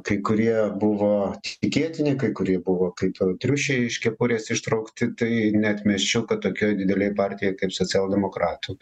kai kurie buvo tikėtini kai kurie buvo kaip triušiai iš kepurės ištraukti tai neatmesčiau kad tokioj didelėj partijoj kaip socialdemokratų